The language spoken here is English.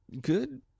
good